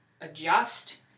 adjust